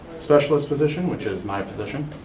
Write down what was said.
specialist position, which is my position,